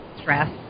stress